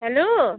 hello